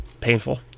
Painful